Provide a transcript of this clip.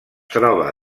troba